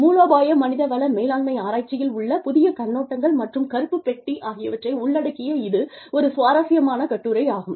மூலோபாய மனித வள மேலாண்மை ஆராய்ச்சியில் உள்ள புதிய கண்ணோட்டங்கள் மற்றும் கருப்பு பெட்டி ஆகியவற்றை உள்ளடக்கிய இது ஒரு சுவாரஸ்யமான கட்டுரையாகும்